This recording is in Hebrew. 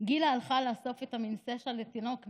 גילה הלכה לאסוף את המנשא של התינוק מבחוץ,